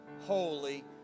holy